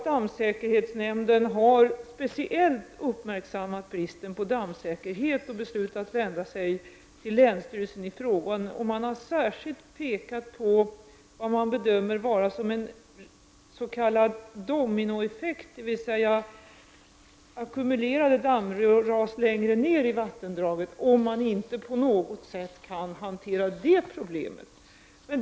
Dammsäkerhetsnämnden har speciellt uppmärksammat bristen på dammsäkerhet och beslutat att vända sig till länsstyrelsen i frågan. Man har särskilt pekat på vad man bedömer vara en s.k. dominoeffekt, dvs. ackumulerade dammras längre ner i vattendraget, om man inte på något sätt kan hantera problemet.